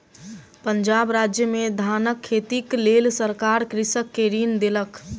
पंजाब राज्य में धानक खेतीक लेल सरकार कृषक के ऋण देलक